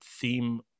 theme